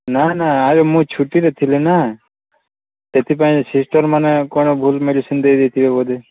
ନାଁ ନାଁ ଆଉ ମୁଁ ଛୁଟିରେ ଥିଲିନା ସେଥିପାଇଁ ସିଷ୍ଟର ମାନେ କ'ଣ ଭୁଲ ମେଡିସିନ ଦେଇ ଦେଇଥିବେ ବୋଧେ